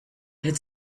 had